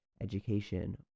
education